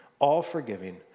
all-forgiving